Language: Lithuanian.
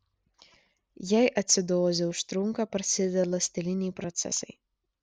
jei acidozė užtrunka prasideda ląsteliniai procesai